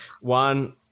one